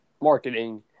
marketing